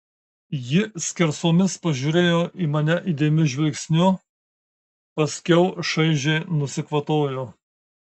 ji skersomis pažiūrėjo į mane įdėmiu žvilgsniu paskiau šaižiai nusikvatojo